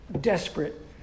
desperate